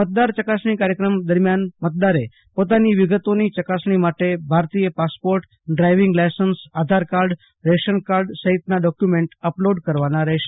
મતદાર ચકાસણી કાર્યક્રમ દરમિયાન મતદારે પોતાની વિગતોની ચકાસણી માટે ભારતીય passport driving licence Aadhaar card ration card સહિતના ડોકયુમેન્ટ અપલોડ કરવાના રહેશે